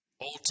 Old